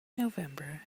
november